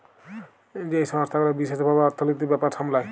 যেই সংস্থা গুলা বিশেস ভাবে অর্থলিতির ব্যাপার সামলায়